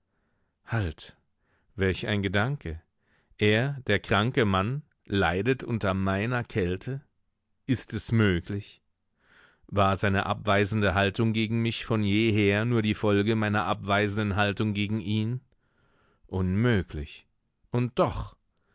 halt welch ein gedanke er der kranke mann leidet unter meiner kälte ist es möglich war seine abweisende haltung gegen mich von jeher nur die folge meiner abweisenden haltung gegen ihn unmöglich und doch